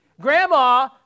Grandma